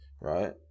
right